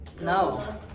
No